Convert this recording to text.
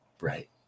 Right